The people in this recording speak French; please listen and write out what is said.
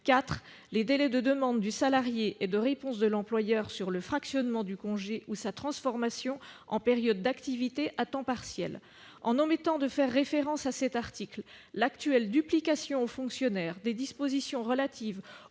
4° Les délais de demande du salarié et de réponse de l'employeur sur le fractionnement du congé ou sa transformation en période d'activité à temps partiel. » En omettant de faire référence à cet article, l'actuelle duplication aux fonctionnaires des dispositions relatives au